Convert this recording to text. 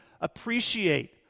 appreciate